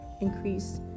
increase